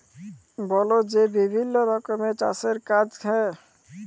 বলে যে বিভিল্ল্য রকমের চাষের কাজ হ্যয়